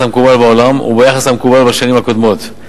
למקובל בעולם וביחס למקובל בשנים הקודמות.